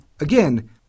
again